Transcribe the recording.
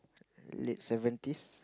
late seventies